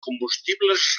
combustibles